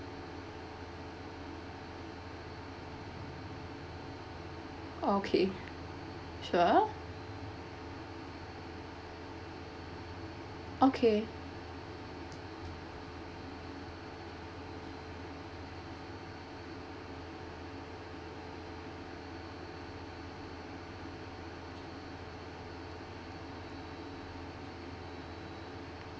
okay sure okay